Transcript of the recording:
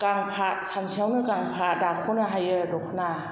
गांफा सानसेयावनो गांफा दाख'नो हायो दखना